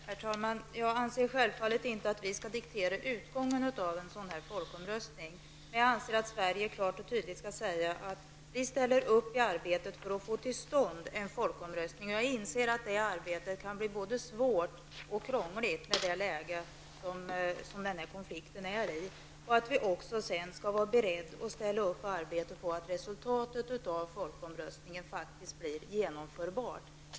Herr talman! Jag anser självfallet inte att vi skall diktera utgången av en sådan folkomröstning. Jag anser dock att Sverige klart och tydligt skall säga att man ställer upp i arbetet för att få till stånd en folkomröstning. Jag inser att det arbetet kan bli både svårt och krångligt i det läge som konflikten befinner sig i. Vi måste sedan vara beredda att ställa upp och arbeta för att resultatet av folkomröstningen blir genomförbart.